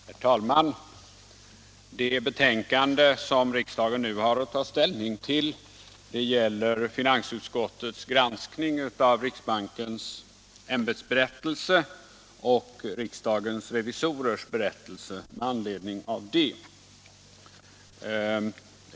Herr talman! Det betänkande som riksdagen nu har att ta ställning till gäller finansutskottets granskning av riksbankens ämbetsberättelse och riksdagens revisorers berättelse över granskningen av riksbankens verksamhet.